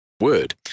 word